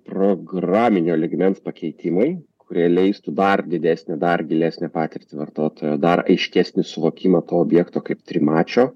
programinio lygmens pakeitimai kurie leistų dar didesnę dar gilesnę patirtį vartotojo dar aiškesnį suvokimą to objekto kaip trimačio